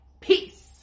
peace